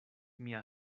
mia